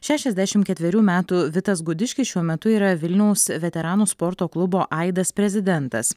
šešiasdešimt ketverių metų vitas gudiškis šiuo metu yra vilniaus veteranų sporto klubo aidas prezidentas